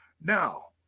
Now